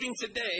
today